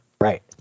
Right